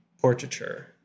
portraiture